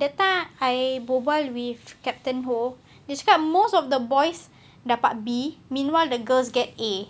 that time I berbual with captain ho dia cakap most of the boys dapat B meanwhile the girls get A